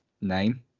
name